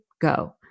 go